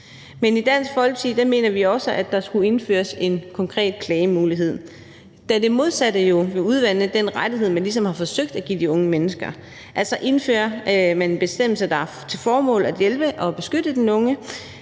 Men i Dansk Folkeparti mener vi også, at der skulle indføres en konkret klagemulighed, da det modsatte jo vil udvande den rettighed, man ligesom har forsøgt at give de unge mennesker, altså ved at indføre en bestemmelse, der har til formål at hjælpe og beskytte den unge.